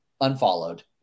unfollowed